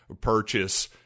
purchase